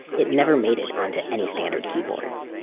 it never made it onto any standard keyboards.